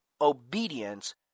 obedience